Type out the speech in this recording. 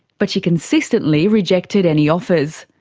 but she consistently rejected any offers.